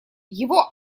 его